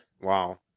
Wow